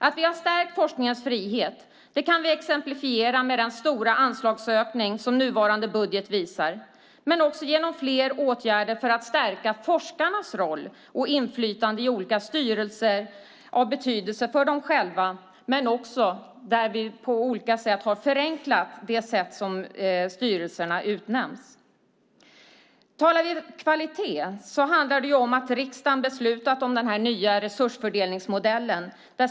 Att vi har stärkt forskningens frihet kan vi exemplifiera med den stora anslagsökning som nuvarande budget visar men också genom fler åtgärder för att stärka forskarnas roll och inflytande i olika styrelser av betydelse för dem själva. Vi har också på olika sätt förenklat det sätt som styrelserna utnämns på. Talar vi om kvalitet handlar det om att riksdagen har beslutat om den nya resursfördelningsmodellen.